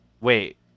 Wait